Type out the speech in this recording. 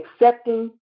accepting